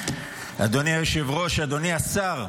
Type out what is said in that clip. אדוני היושב-ראש, אדוני השר,